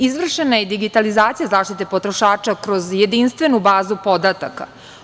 Izvršena je digitalizacija zaštite potrošača kroz jedinstvenu bazu podataka.